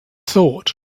thought